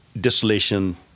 distillation